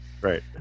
Right